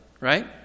right